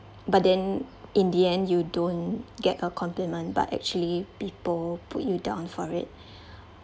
but then in the end you don't get a compliment but actually people put you down for it